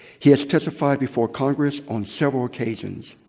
he has testified before congress on several occasions.